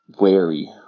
wary